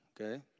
okay